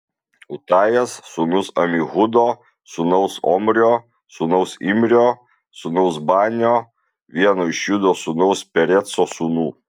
utajas sūnus amihudo sūnaus omrio sūnaus imrio sūnaus banio vieno iš judo sūnaus pereco sūnų